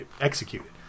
executed